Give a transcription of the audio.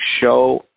show